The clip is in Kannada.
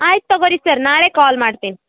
ಆಯ್ತು ತಗೋರಿ ಸರ್ ನಾಳೆ ಕಾಲ್ ಮಾಡ್ತೀನಿ